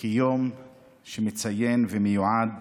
יום שמציין ומיועד